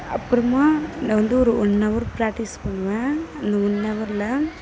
அப்புறமா நான் வந்து ஒரு ஒன் ஹவர் பிராக்ட்டிஸ் பண்ணுவேன் அந்த ஒன் ஹவர்ல